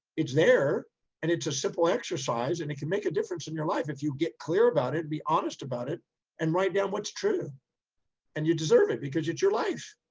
it's there and it's a simple exercise and it can make a difference in your life. if you get clear about it and be honest about it and write down what's true and you deserve it because it's your life.